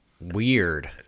Weird